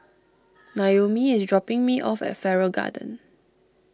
Naomi is dropping me off at Farrer Garden